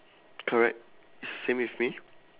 correct same with me